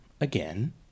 again